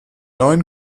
neuen